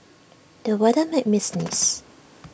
the weather made me sneeze